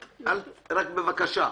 נכנסת --- בבקשה,